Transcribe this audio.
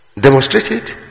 Demonstrated